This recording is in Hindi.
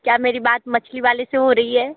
क्या मेरी बात मछली वाले से हो रही है